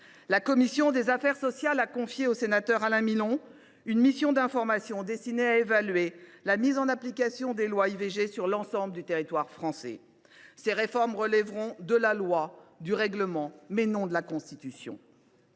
la commission des affaires sociales a confié à notre collègue Alain Milon une mission de contrôle destinée à évaluer la mise en application des lois IVG sur l’ensemble du territoire français. Les réformes nécessaires relèveront de la loi ou du règlement, non de la Constitution.